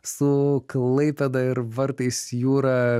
su klaipėda ir vartais į jūrą